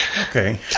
Okay